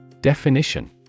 Definition